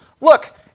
Look